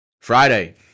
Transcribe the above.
Friday